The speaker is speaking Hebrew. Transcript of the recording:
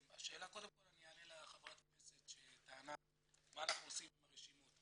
קודם כל אני אענה לחברת הכנסת שטענה מה אנחנו עושים עם הרשימות.